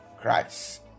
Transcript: Christ